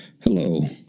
Hello